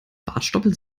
bartstoppeln